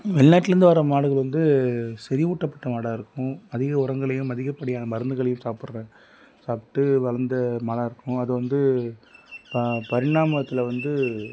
வெளிநாட்டிலருந்து வர்ற மாடுகள் வந்து செறிவூட்டப்பட்ட மாடாக இருக்கும் அதிக உரங்களையும் அதிகப்படியான மருந்துகளையும் சாப்பிட்ற சாப்பிட்டு வளர்ந்த மாடாக இருக்கும் அது வந்து ப பரிணாமத்தில் வந்து